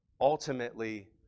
ultimately